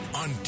on